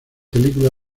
película